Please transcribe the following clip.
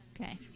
okay